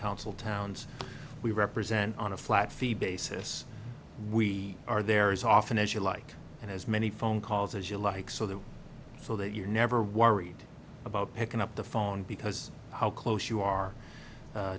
council towns we represent on a flat fee basis we are there is often as you like and as many phone calls as you like so the so that you're never worried about picking up the phone because how close you are